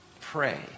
pray